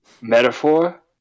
metaphor